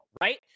right